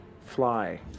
fly